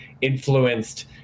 influenced